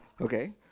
Okay